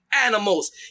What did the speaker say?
animals